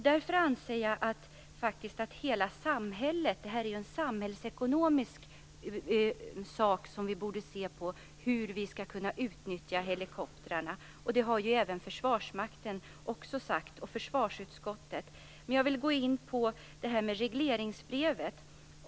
Det är ju en samhällsekonomiska fråga att se hur vi skall kunna utnyttja helikoptrarna. Det har även Försvarsmakten och försvarsutskottet sagt. Låt mig sedan gå in på regleringsbrevet.